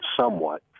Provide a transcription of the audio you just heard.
somewhat